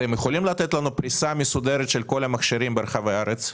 לתת לנו פריסה מסודרת של כל המכשירים ברחבי הארץ?